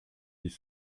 dix